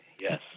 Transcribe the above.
yes